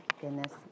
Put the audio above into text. goodness